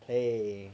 play